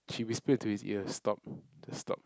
she whispered to his ears stop just stop